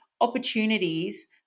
opportunities